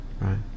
right